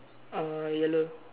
uh yellow